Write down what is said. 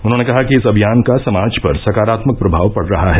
उन्होंने कहा कि इस अभियान का समाज पर सकारात्मक प्रभाव पड़ रहा है